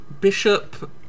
Bishop